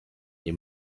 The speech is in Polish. nie